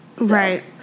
Right